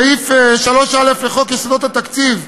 סעיף 3א לחוק יסודות התקציב,